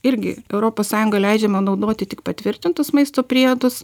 irgi europos sąjungoj leidžiama naudoti tik patvirtintus maisto priedus